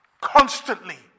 constantly